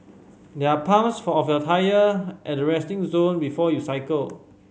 there are pumps for of your tyre at the resting zone before you cycle